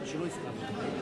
נגד.